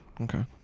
Okay